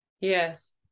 Yes